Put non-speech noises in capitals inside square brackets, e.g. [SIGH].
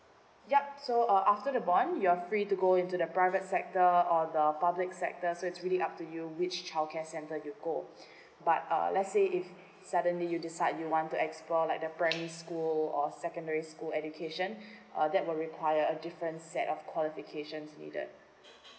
yup so uh after the bond you're free to go into the private sector or the public sector so it's really up to you which childcare centre you go [BREATH] but uh let's say if suddenly you decide you want to explore like the primary school or secondary school education uh that will require a different set of qualifications needed